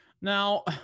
now